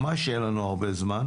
ממש אין לנו הרבה זמן.